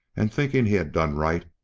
and, thinking he had done right,